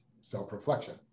self-reflection